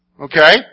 Okay